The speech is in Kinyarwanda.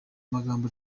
majambo